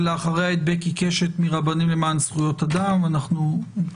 תודה לחבר הכנסת סעדי שנתן למורתו,